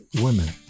women